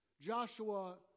Joshua